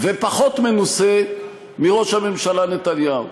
פחות ומנוסה פחות מראש הממשלה נתניהו?